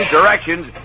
directions